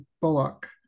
Bullock